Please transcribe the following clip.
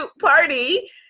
party